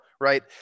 right